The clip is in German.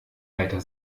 weiter